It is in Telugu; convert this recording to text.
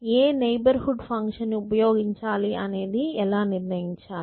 ఏ నైబర్ హుడ్ ఫంక్షన్ ని ఉపయోగించాలి అనేది ఎలా నిర్ణయించాలి